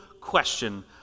question